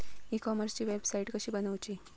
E कॉमर्सची website कशी बनवची?